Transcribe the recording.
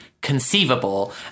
conceivable